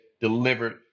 delivered